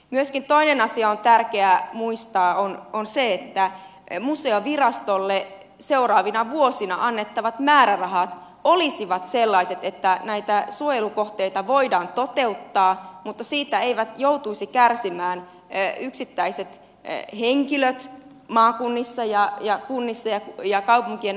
myöskin toinen tärkeä asia muistaa on se että museovirastolle seuraavina vuosina annettavat määrärahat olisivat sellaiset että näitä suojelukohteita voidaan toteuttaa mutta että siitä eivät joutuisi kärsimään yksittäiset henkilöt maakunnissa ja kunnissa ja kaupunkien alueilla